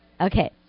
Okay